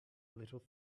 little